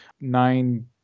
nine